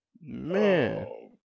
Man